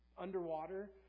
underwater